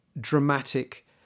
dramatic